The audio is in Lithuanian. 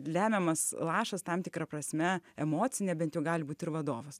lemiamas lašas tam tikra prasme emocinė bent jau gali būt ir vadovas